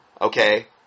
Okay